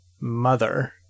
mother